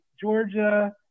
Georgia